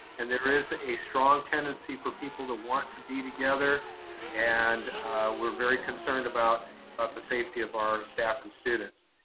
and there is a strong tendency for people to want to be together and we're very concerned about the safety of our staff and students.